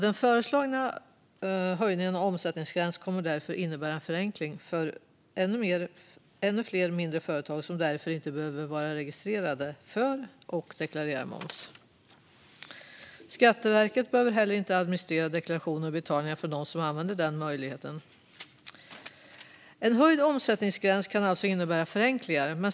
Den föreslagna höjningen av omsättningsgränsen kommer därför att innebära en förenkling för ännu fler mindre företag som därmed inte längre behöver vara registrerade för och deklarera moms. Skatteverket behöver inte heller administrera deklarationer och betalningar från dem som använder denna möjlighet. En höjd omsättningsgräns kan alltså innebära förenklingar.